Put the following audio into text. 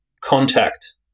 contact